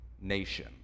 nation